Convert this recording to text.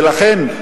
ולכן,